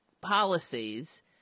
policies